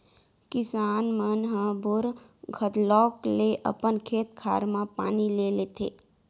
किसान मन ह बोर घलौक ले अपन खेत खार म पानी ले लेथें